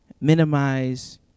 minimize